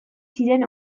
ziren